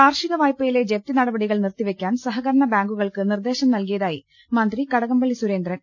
കാർഷിക വായ്പയിലെ ജപ്തിനടപടികൾ നിർത്തിവെ യ്ക്കാൻ സഹകരണ ബാങ്കുകൾക്ക് നിർദേശം നൽകിയ തായി മന്ത്രി കടകംപളളി സുരേന്ദ്രൻ